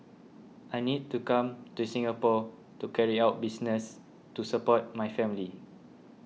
I need to come to Singapore to carry out business to support my family